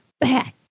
Bad